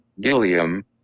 Gilliam